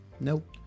Nope